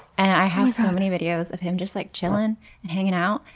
i have so many videos of him just like chilling and hanging out.